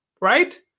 right